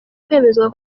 kwemezwa